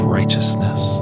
righteousness